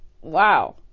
Wow